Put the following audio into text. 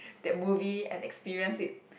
that movie and experience it